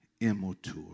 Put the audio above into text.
immature